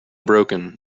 broken